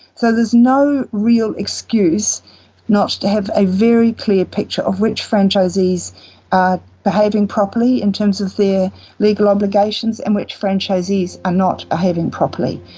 so there's no real excuse not to have a very clear picture of which franchisees are behaving properly in terms of their legal obligations and which franchisees are not behaving properly.